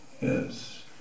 Yes